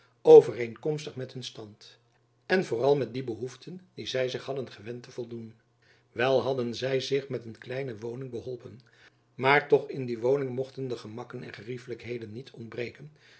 overeenkomstig met hun stand en vooral met die behoeften die zy zich hadden gewend te voldoen wel hadden zy zich met een kleine woning beholpen maar toch in die woning mochten de gemakken en geriefelijkheden niet ontbreken